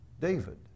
David